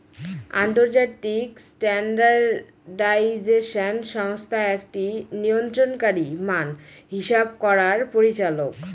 আন্তর্জাতিক স্ট্যান্ডার্ডাইজেশন সংস্থা একটি নিয়ন্ত্রণকারী মান হিসাব করার পরিচালক